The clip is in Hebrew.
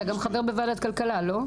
אתה גם חבר בוועדת כלכלה, לא?